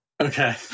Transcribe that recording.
Okay